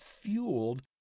fueled